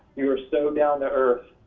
you are so down to earth.